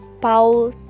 Paul